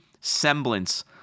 semblance